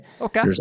Okay